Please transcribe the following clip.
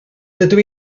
dydw